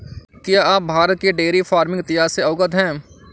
क्या आप भारत के डेयरी फार्मिंग इतिहास से अवगत हैं?